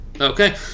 Okay